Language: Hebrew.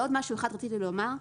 עוד משהו אחד רציתי לומר.